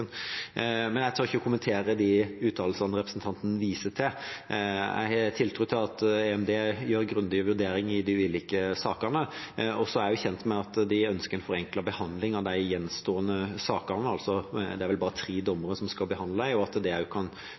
Jeg tør ikke å kommentere de uttalelsene representanten viser til. Jeg har tiltro til at EMD gjør en grundig vurdering i de ulike sakene. Jeg er kjent med at de ønsker en forenklet behandling av de gjenstående sakene – det er vel bare tre dommere som skal behandle dem – og at det kan